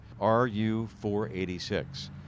RU486